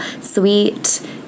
sweet